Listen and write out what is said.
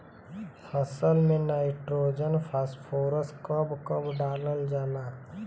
फसल में nitrogen phosphorus कब कब डालल जाला?